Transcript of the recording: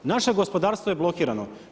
Naše gospodarstvo je blokirano.